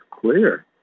clear